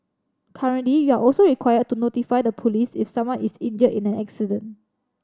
currently you're also required to notify the police if someone is injured in an accident